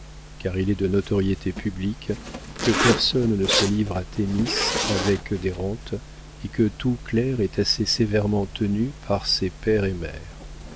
car il est de notoriété publique que personne ne se livre à thémis avec des rentes et que tout clerc est assez sévèrement tenu par ses père et mère